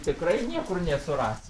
tikrai niekur nesurasi